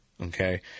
okay